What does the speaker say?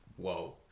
Whoa